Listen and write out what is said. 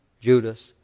Judas